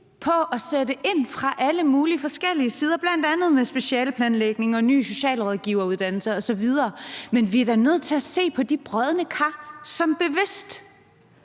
på at sætte ind fra alle mulige forskellige sider, bl.a. med specialeplanlægning og en ny socialrådgiveruddannelse osv. Men vi er da nødt til at se på de brodne kar, som bevidst